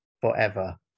forever